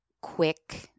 quick